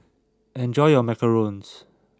enjoy your Macarons